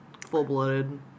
Full-blooded